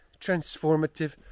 Transformative